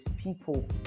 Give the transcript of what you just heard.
people